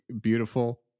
beautiful